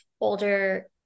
older